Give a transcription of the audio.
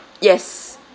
yes